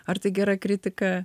ar tai gera kritika